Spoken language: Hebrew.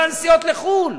על הנסיעות לחוץ-לארץ,